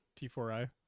t4i